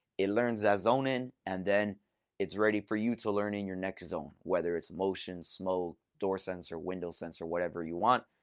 it learns that zone in, and then it's ready for you to learn in your next zone whether it's motion, smoke, door sensor, window sensor whatever you want.